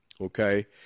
okay